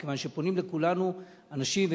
מכיוון שפונים לכולנו אנשים,